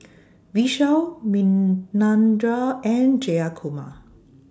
Vishal Manindra and Jayakumar